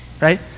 Right